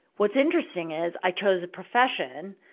what's interesting is i chose a profession,